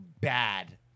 bad